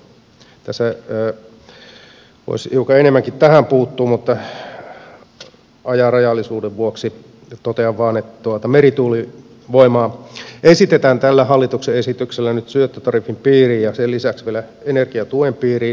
tässä voisi hiukan enemmänkin tähän puuttua mutta ajan rajallisuuden vuoksi totean vain että merituulivoimaa esitetään tällä hallituksen esityksellä nyt syöttötariffin piiriin ja sen lisäksi vielä energiatuen piiriin